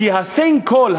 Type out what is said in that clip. כי ה-sinkhole,